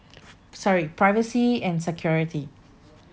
sorry privacy and security